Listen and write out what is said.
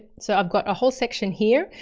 so i've got a whole section here.